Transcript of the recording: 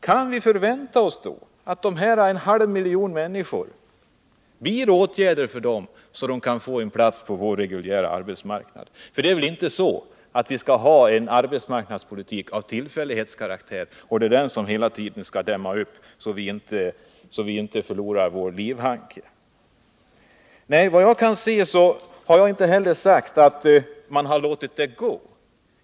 Kan vi förvänta oss att det blir åtgärder för denna halva miljon människor så att de får plats på den reguljära arbetsmarknaden? Det är väl inte så att vi skall ha en arbetsmarknadspolitik av tillfällighetskaraktär och som hela tiden dämmer upp för att vi skall rädda livhanken? Jag har inte heller sagt att man har låtit det gå.